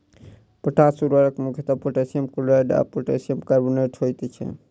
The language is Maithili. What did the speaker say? पोटास उर्वरक मुख्यतः पोटासियम क्लोराइड आ पोटासियम कार्बोनेट होइत छै